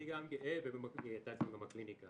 אני גם גאה, והיא הייתה אצלי גם בקליניקה.